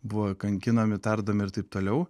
buvo kankinami tardomi ir taip toliau